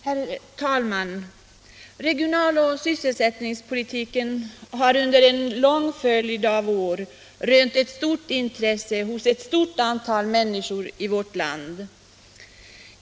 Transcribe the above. Herr talman! Regional och sysselsättningspolitiken har under en följd av år rönt ett stort intresse hos ett stort antal människor i vårt land.